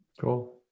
Cool